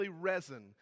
resin